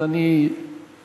אז אני אנוח.